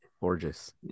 Gorgeous